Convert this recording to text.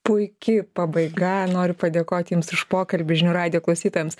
puiki pabaiga noriu padėkoti jums už pokalbį žinių radijo klausytojams